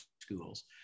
schools